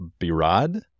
Birad